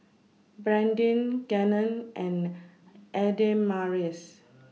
Brandyn Gannon and Adamaris